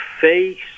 face